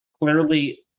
clearly